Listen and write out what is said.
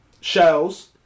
Shells